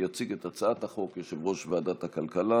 יציג את הצעת החוק יושב-ראש ועדת הכלכלה